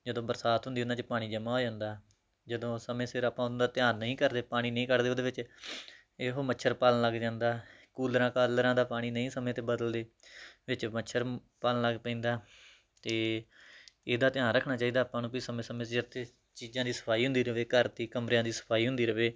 ਜਦੋਂ ਬਰਸਾਤ ਹੁੰਦੀ ਉਹਨਾਂ 'ਚ ਪਾਣੀ ਜਮ੍ਹਾਂ ਹੋ ਜਾਂਦਾ ਜਦੋਂ ਸਮੇਂ ਸਿਰ ਆਪਾਂ ਉਹਨਾਂ ਦਾ ਧਿਆਨ ਨਹੀਂ ਕਰਦੇ ਪਾਣੀ ਨਹੀਂ ਕੱਢਦੇ ਉਹਦੇ ਵਿੱਚ ਇਹੋ ਮੱਛਰ ਪਲਣ ਲੱਗ ਜਾਂਦਾ ਕੂਲਰਾਂ ਕਾਲਰਾਂ ਦਾ ਪਾਣੀ ਨਹੀਂ ਸਮੇਂ 'ਤੇ ਬਦਲਦੇ ਵਿੱਚ ਮੱਛਰ ਬਣਨ ਲੱਗ ਪੈਂਦਾ ਤਾਂ ਇਹਦਾ ਧਿਆਨ ਰੱਖਣਾ ਚਾਹੀਦਾ ਆਪਾਂ ਨੂੰ ਵੀ ਸਮੇਂ ਸਮੇਂ ਸਿਰ ਅਤੇ ਚੀਜ਼ਾਂ ਦੀ ਸਫ਼ਾਈ ਹੁੰਦੀ ਰਹੇ ਘਰ ਦੀ ਕਮਰਿਆਂ ਦੀ ਸਫ਼ਾਈ ਹੁੰਦੀ ਰਹੇ